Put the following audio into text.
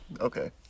Okay